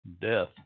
Death